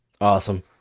Awesome